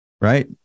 Right